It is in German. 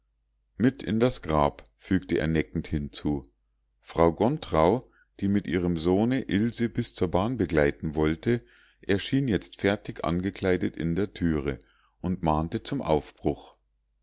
mit in das grab fügte er neckend hinzu frau gontrau die mit ihrem sohne ilse bis zur bahn begleiten wollte erschien jetzt fertig angekleidet in der thüre und mahnte zum aufbruch